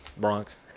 Bronx